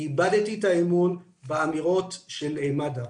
איבדתי את האמון באמירות של מד"א.